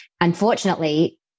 Unfortunately